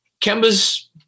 Kemba's